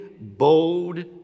bold